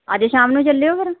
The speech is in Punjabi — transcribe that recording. ਅੱਜ ਸ਼ਾਮ ਨੂੰ ਚੱਲਿਓ ਫਿਰ